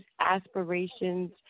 aspirations